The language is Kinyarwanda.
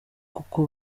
kuko